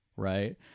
Right